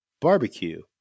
barbecue